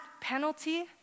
penalty